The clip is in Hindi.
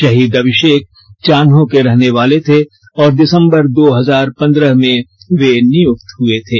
भाहीद अभिशेक चान्हो के रहने वाले थे और दिसंबर दो हजार पंद्रह में वे नियुक्त हुए थे